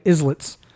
Islets